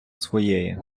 своєї